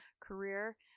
career